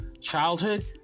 childhood